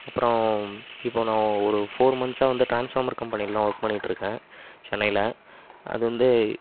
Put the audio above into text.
அப்புறம் இப்போது நான் ஒரு ஃபோர் மன்த்ஸ்ஸாக வந்து ட்ரான்ஸ்ஃபார்மர் கம்பெனியில்தான் ஒர்க் பண்ணிட்டு இருக்கேன் சென்னையில் அது வந்து